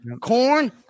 Corn